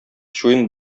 чуен